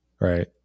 Right